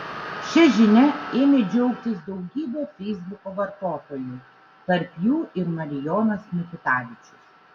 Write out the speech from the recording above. šia žinia ėmė džiaugtis daugybė feisbuko vartotojų tarp jų ir marijonas mikutavičius